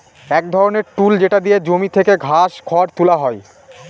এক ধরনের টুল যেটা দিয়ে জমি থেকে ঘাস, খড় তুলা হয়